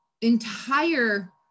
entire